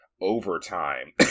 Overtime